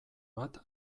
bat